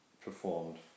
performed